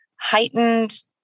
heightened